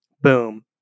boom